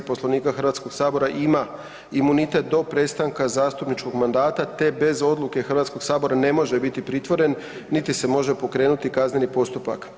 Poslovnika HS-a ima imunitet do prestanka zastupničkog mandata te bez odluke HS-a ne može biti pritvoren niti se može pokrenuti kazneni postupak.